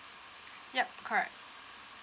yup correct